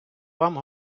вам